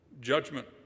judgment